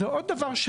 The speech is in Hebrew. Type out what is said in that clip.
ועוד דבר,